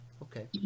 Okay